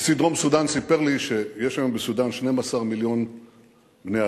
נשיא דרום-סודן סיפר לי שיש היום בסודן 12 מיליון בני-אדם.